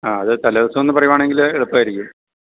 ആ അത് തലേദിവസം ഒന്ന് പറയുകയാണെങ്കില് എളുപ്പമായിരിക്കും